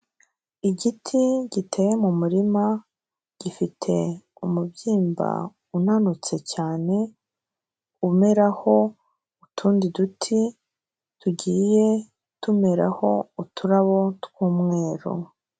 Igiti giteye mu murima gifite umubyimba unanutse cyane umeraho utundi duti tugiye tumeraho uturabo tw'umweru.